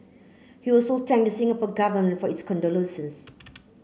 he also thank Singapore Government for its condolences